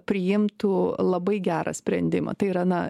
priimtų labai gerą sprendimą tai yra na